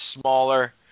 smaller